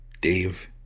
Dave